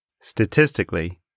Statistically